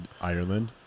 Ireland